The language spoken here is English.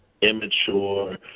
immature